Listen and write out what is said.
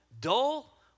dull